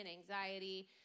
anxiety